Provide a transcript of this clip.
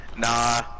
Nah